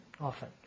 often